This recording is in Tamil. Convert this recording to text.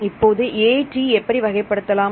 இப்போது AT எப்படி வகைப்படுத்தலாம்